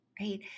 right